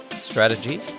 strategy